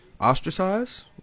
Ostracized